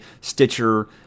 Stitcher